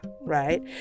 right